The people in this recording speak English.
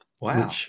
Wow